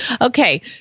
Okay